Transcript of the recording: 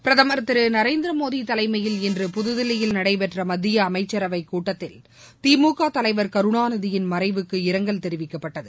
பிரதமர் திரு நரேந்திரமோடி தலைமையில் இன்று புதுதில்லியில் நடைபெற்ற மத்திய அமைச்சரவைக் கூட்டத்தில் திமுக தலைவர் கருணாநிதியின் மறைவுக்கு இரங்கல் தெரிவிக்கப்பட்டது